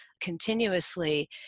continuously